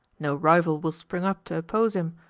no rival will spring up to oppose him,